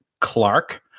Clark